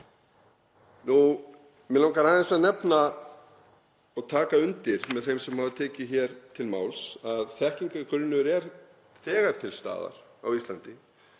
Mig langar aðeins að nefna og taka undir með þeim sem hafa tekið hér til máls að þekkingargrunnur er þegar til staðar á Íslandi.